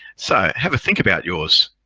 so have a think about yours.